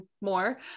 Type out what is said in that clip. more